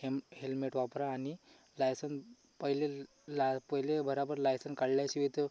हेम helmet वापरा आणि licence पहिलेला पहिले बराबर लायसन काल्ल्याशिवाय तर